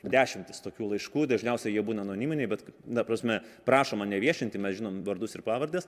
dešimtis tokių laiškų dažniausiai jie būna anoniminiai bet na prasme prašoma neviešinti mes žinom vardus ir pavardes